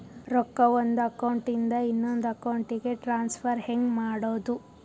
ರೊಕ್ಕ ಒಂದು ಅಕೌಂಟ್ ಇಂದ ಇನ್ನೊಂದು ಅಕೌಂಟಿಗೆ ಟ್ರಾನ್ಸ್ಫರ್ ಹೆಂಗ್ ಮಾಡೋದು?